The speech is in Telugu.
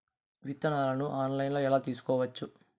విత్తనాలను ఆన్లైన్లో ఎలా తీసుకోవచ్చు